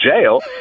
jail